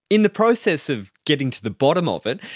in the process of getting to the bottom of it,